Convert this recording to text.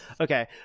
okay